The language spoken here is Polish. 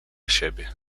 siebie